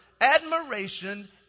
admiration